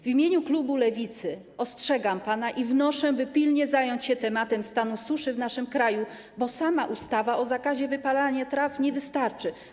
W imieniu klubu Lewicy ostrzegam pana i wnoszę, by pilnie zająć się tematem stanu suszy w naszym kraju, bo same przepisy o zakazie wypalania traw nie wystarczą.